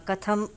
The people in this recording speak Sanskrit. कथम्